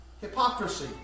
Hypocrisy